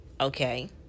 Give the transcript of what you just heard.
Okay